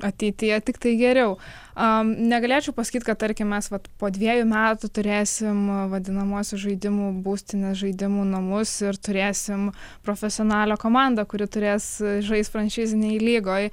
ateityje tiktai geriau a negalėčiau pasakyt kad tarkim mes vat po dviejų metų turėsim vadinamuosius žaidimų būstines žaidimų namus ir turėsim profesionalią komandą kuri turės žaist franšizinėj lygoj